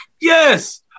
yes